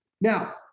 Now